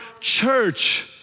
church